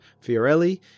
Fiorelli